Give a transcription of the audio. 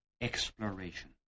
exploration